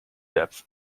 depth